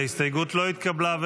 ההסתייגות לא התקבלה.